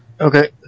Okay